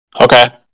Okay